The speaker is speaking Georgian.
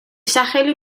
სახელი